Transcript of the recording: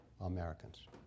Americans